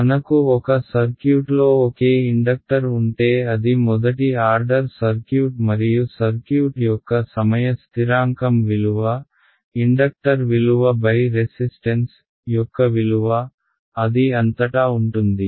మనకు ఒక సర్క్యూట్లో ఒకే ఇండక్టర్ ఉంటే అది మొదటి ఆర్డర్ సర్క్యూట్ మరియు సర్క్యూట్ యొక్క సమయ స్థిరాంకం విలువ ఇండక్టర్ విలువ రెసిస్టెన్స్ యొక్క విలువ అది అంతటా ఉంటుంది